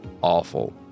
awful